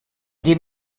dem